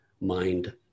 Mind